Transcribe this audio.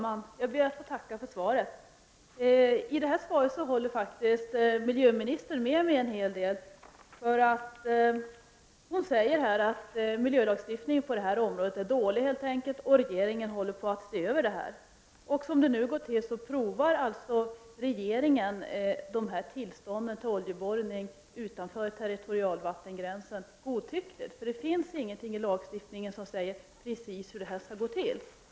Herr talman! Jag ber att få tacka för svaret. Miljöministern håller faktiskt med mig en hel del, när hon i svaret säger att miljölagstiftningen på detta område helt enkelt är dålig och att regeringen håller på att se över den. Som det nu är prövar alltså regeringen ansökningar om tillstånd till oljeborrning utanför territorialvattengränsen godtyckligt. Det finns nämligen ingenting i lagstiftningen som säger precis hur prövningen skall gå till.